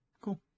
Cool